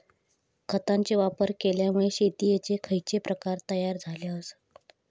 खतांचे वापर केल्यामुळे शेतीयेचे खैचे प्रकार तयार झाले आसत?